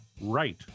right